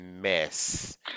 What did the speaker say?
mess